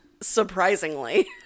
surprisingly